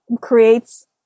creates